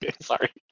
Sorry